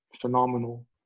phenomenal